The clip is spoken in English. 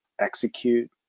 execute